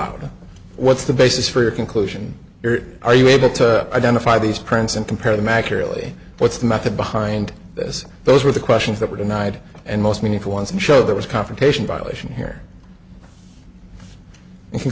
of what's the basis for your conclusion here are you able to identify these prints and compare them accurately what's the method behind this those were the questions that were denied and most meaningful ones and show there was confrontation violation here